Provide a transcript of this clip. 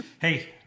Hey